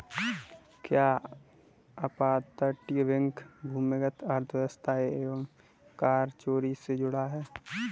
क्या अपतटीय बैंक भूमिगत अर्थव्यवस्था एवं कर चोरी से जुड़ा है?